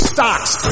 Stocks